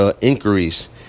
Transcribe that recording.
inquiries